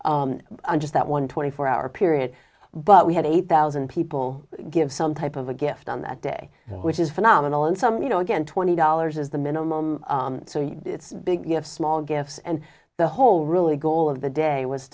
just that one twenty four hour period but we had eight thousand people give some type of a gift on that day which is phenomenal and some you know again twenty dollars is the minimum so it's big you have small gifts and the whole really goal of the day was